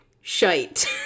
shite